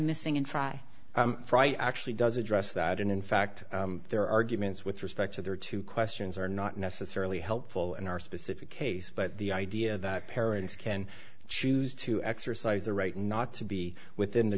missing and fry fry actually does address that and in fact there are arguments with respect to their two questions are not necessarily helpful in our specific case but the idea that parents can choose to exercise their right not to be within the